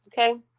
okay